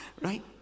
right